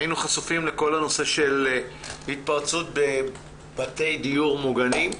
חשופים לכל הנושא של התפרצות בבתי דיור מוגנים.